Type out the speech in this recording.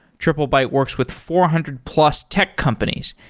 triplebyte works with four hundred plus tech companies,